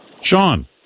sean